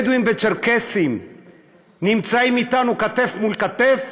בדואים וצ'רקסים נמצאים אתנו כתף מול כתף,